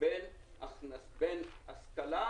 בין השכלה,